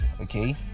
okay